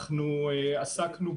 אנחנו עסקנו,